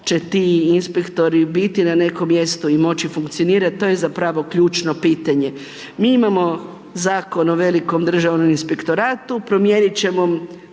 će ti inspektori biti na nekom mjestu i moći funkcionirat, to je zapravo ključno pitanje. Mi imamo Zakon o velikom Državnom inspektoratu, promijenit ćemo,